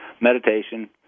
meditation